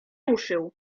ruszył